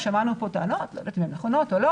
שמענו פה טענות אני לא יודעת אם הן נכונות או לא